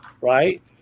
right